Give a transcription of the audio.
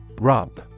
Rub